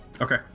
okay